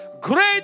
great